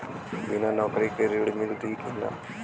बिना नौकरी के ऋण मिली कि ना?